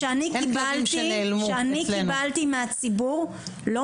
אני אומרת לך שאני קיבלתי מהציבור לא